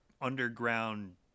underground